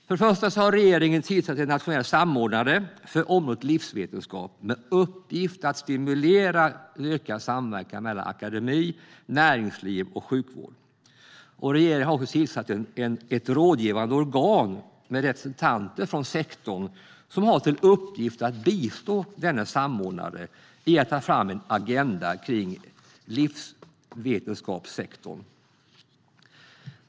För det första har regeringen tillsatt en nationell samordnare för området livsvetenskap, med uppgift att stimulera en ökad samverkan mellan akademi, näringsliv och sjukvård. Regeringen har också tillsatt ett rådgivande organ med representanter från sektorn som har till uppgift att bistå samordnaren i att ta fram en agenda för livsvetenskapssektorn.